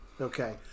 Okay